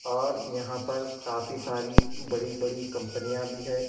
اور یہاں پر کافی ساری بڑی بڑی کمپنیاں بھی ہے